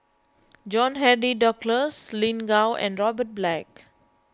John Henry Duclos Lin Gao and Robert Black